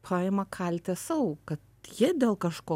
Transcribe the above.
paima kaltę sau kad jie dėl kažko